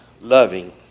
loving